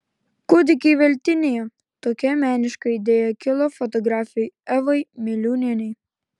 kūdikiai veltinyje tokia meniška idėja kilo fotografei evai miliūnienei